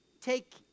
take